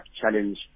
Challenge